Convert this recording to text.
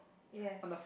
yes